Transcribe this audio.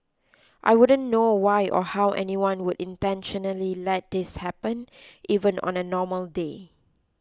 I wouldn't know why or how anyone would intentionally let this happen even on a normal day